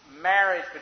marriage